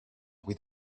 with